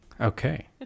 okay